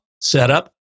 setup